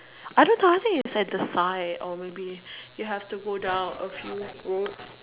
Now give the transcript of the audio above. I don't know I think is at the side or maybe you have to go down a few road